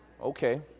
Okay